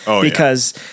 because-